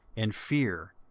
and fear,